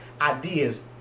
ideas